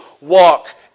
walk